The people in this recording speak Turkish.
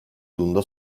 yılında